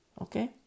Okay